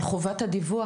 אבל חובת הדיווח?